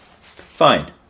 Fine